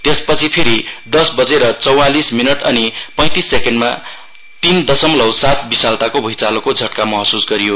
यसपछि फेरी दश बजेर चौंवालीस मिनट अनि पैंतीस सेकेण्डमा तीन दसमलौ सात विशाल्ताको भूइँचालोको झट्का महसुस गरियो